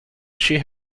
she